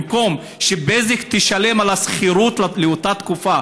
במקום שבזק תשלם על השכירות לאותה תקופה,